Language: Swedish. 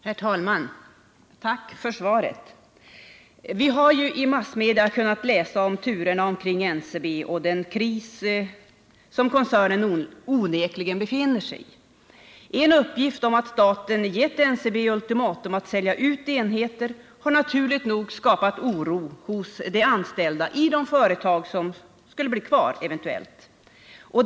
Herr talman! Tack för svaret! Vi har i massmedia kunnat läsa om turerna kring NCB och den kris som koncernen onekligen befinner sig i. En uppgift om att staten givit NCB ultimatum att sälja ut enheter har naturligt nog skapat oro hos de anställda inom de företag som eventuellt inte skulle bli kvar.